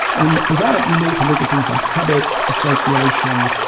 and for that, you need to look at things like habit, association,